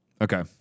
Okay